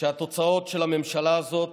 כשהתוצאות של הממשלה הזאת